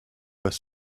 pas